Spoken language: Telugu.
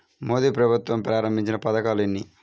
మోదీ ప్రభుత్వం ప్రారంభించిన పథకాలు ఎన్ని?